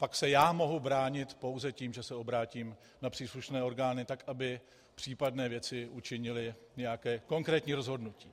Pak se já mohu bránit pouze tím, že se obrátím na příslušné orgány tak, aby případné věci učinily nějaké konkrétní rozhodnutí.